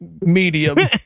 medium